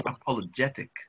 apologetic